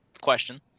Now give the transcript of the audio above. Question